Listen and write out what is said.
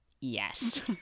yes